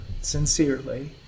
sincerely